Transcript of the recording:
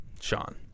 Sean